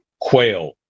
quail